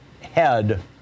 head